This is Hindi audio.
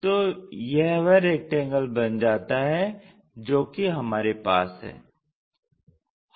तो यह वह रेकटंगले बन जाता है जो कि हमारे पास है